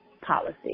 policy